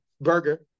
burger